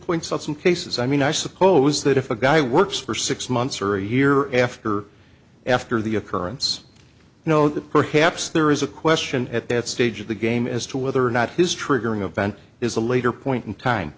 points out some cases i mean i suppose that if a guy works for six months or a year after after the occurrence you know that perhaps there is a question at that stage of the game as to whether or not his triggering event is a later point in time